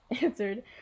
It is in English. answered